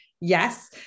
Yes